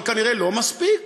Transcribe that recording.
אבל כנראה לא מספיק,